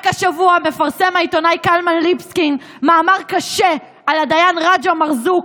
רק השבוע מפרסם העיתונאי קלמן ליבסקינד מאמר קשה על הדיין רג'א מרזוק,